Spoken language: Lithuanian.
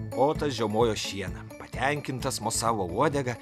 otas žiaumojo šieną patenkintas mosavo uodega